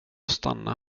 stanna